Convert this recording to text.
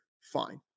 Fine